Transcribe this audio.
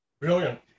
Brilliant